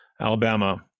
Alabama